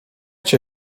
cię